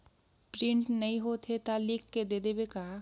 Print नइ होथे ता लिख के दे देबे का?